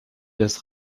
das